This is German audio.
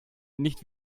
nicht